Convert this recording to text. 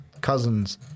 Cousins